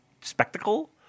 spectacle